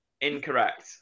incorrect